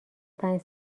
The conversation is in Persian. پنج